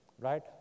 right